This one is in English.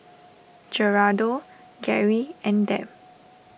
Gerardo Gerry and Deb